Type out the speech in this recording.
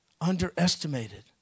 underestimated